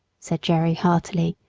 said jerry heartily,